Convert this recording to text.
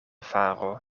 faro